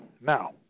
Now